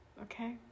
Okay